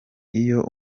iyo